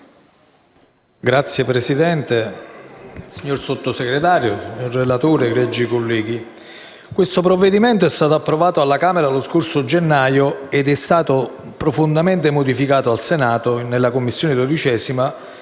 Signor Presidente, signor Sottosegretario, relatore, egregi colleghi, il provvedimento in esame è stato approvato alla Camera lo scorso gennaio ed è stato profondamente modificato al Senato nella 12a Commissione per